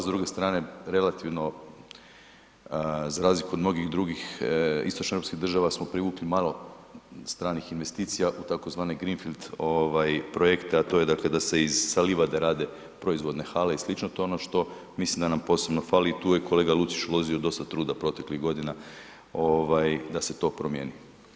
S druge strane relativno za razliku od mnogih drugih istočnoeuropskih država smo privukli malo stranih investicija u tzv. greenfield projekte, a to je da se sa livade rade proizvodne hale i slično, to je ono što mislim da nam posebno fali i tu je kolega Lucić uložio dosta truda proteklih godina da se to promijeni.